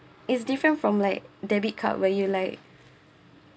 it's different from like debit card where you like